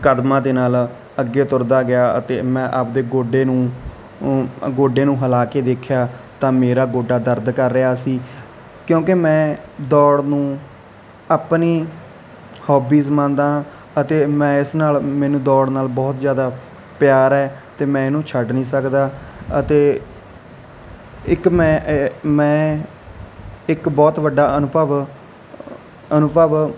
ਕਦਮਾਂ ਦੇ ਨਾਲ ਅੱਗੇ ਤੁਰਦਾ ਗਿਆ ਅਤੇ ਮੈਂ ਆਪਣੇ ਗੋਡੇ ਨੂੰ ਗੋਡੇ ਨੂੰ ਹਿਲਾ ਕੇ ਦੇਖਿਆ ਤਾਂ ਮੇਰਾ ਗੋਡਾ ਦਰਦ ਕਰ ਰਿਹਾ ਸੀ ਕਿਉਂਕਿ ਮੈਂ ਦੌੜ ਨੂੰ ਆਪਣੀ ਹੋਬੀਸ ਮੰਨਦਾ ਹਾਂ ਅਤੇ ਮੈਂ ਇਸ ਨਾਲ ਮੈਨੂੰ ਦੌੜ ਨਾਲ ਬਹੁਤ ਜ਼ਿਆਦਾ ਪਿਆਰ ਹੈ ਅਤੇ ਮੈਂ ਇਹਨੂੰ ਛੱਡ ਨਹੀਂ ਸਕਦਾ ਅਤੇ ਇੱਕ ਮੈਂ ਅ ਮੈਂ ਇੱਕ ਬਹੁਤ ਵੱਡਾ ਅਨੁਭਵ ਅਨੁਭਵ